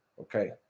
Okay